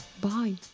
Bye